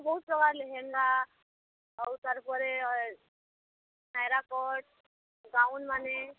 ବହୁତ ପ୍ରକାର ଲେହେଙ୍ଗା ଆଉ ତା'ର୍ ପରେ ନାୟରା କଟ୍ ଗାଉନ୍ ମାନେ